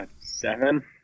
seven